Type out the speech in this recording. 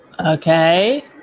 Okay